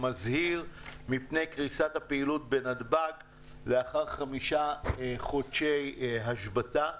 שמזהיר מפני קריסת הפעילות בנתב"ג לאחר חמישה חודשי השבתה.